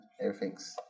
Everything's